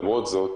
למרות זאת,